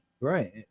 Right